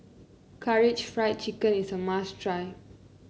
Karaage Fried Chicken is a must try